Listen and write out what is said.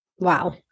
Wow